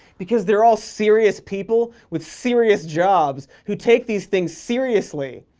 because they're all serious people with serious jobs who take these things seriously.